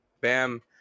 bam